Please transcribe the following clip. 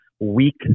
weak